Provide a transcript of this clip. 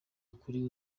ukuri